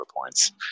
points